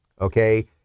okay